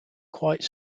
quite